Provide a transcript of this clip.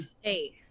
Hey